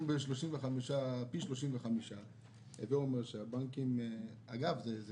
אם זה פי 35. אגב,